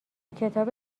کتاب